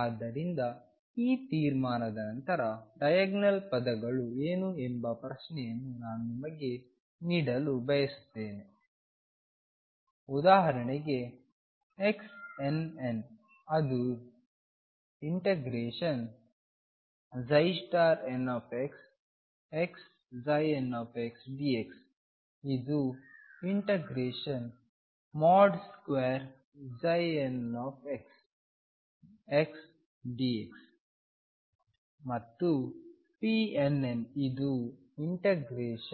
ಆದ್ದರಿಂದ ಈ ತೀರ್ಮಾನದ ನಂತರ ಡಯಾಗನಲ್ ಪದಗಳು ಏನು ಎಂಬ ಪ್ರಶ್ನೆಯನ್ನು ನಾನು ನಿಮಗೆ ಬಿಡಲು ಬಯಸುತ್ತೇನೆ ಉದಾಹರಣೆಗೆ xnnಅದು ∫nxxndx ಇದು ∫nx2xdxಮತ್ತು pnnಇದು ∫nxiddx